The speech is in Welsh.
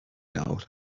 nawr